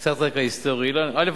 קצת רקע היסטורי, אילן, א.